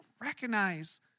recognize